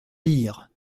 lire